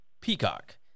Peacock